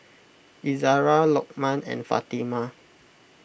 Izzara Lokman and Fatimah